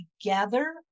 together